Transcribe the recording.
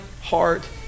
heart